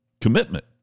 Commitment